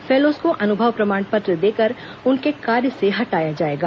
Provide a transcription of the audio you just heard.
fellows को अनुभव प्रमाण पत्र देकर उनके कार्य से हटाया जाएगा